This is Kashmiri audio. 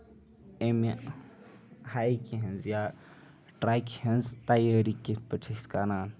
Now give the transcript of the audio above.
اَمہِ ہایِکہِ ہنٛز یا ٹریٚکہِ ہنٛز تِیٲری کِتھ پٲٹھۍ چھِ أسۍ کران